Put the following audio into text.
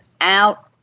out